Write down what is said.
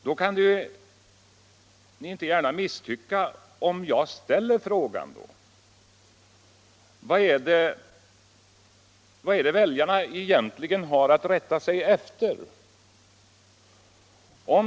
Då kan ni ju inte gärna misstycka om jag ställer frågan: Vad är det väljarna egentligen har att rätta sig efter?